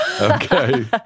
Okay